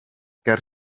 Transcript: ger